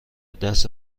دست